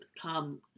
come